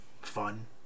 fun